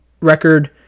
record